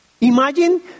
Imagine